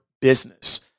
business